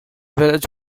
village